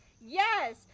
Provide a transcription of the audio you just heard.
yes